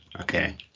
Okay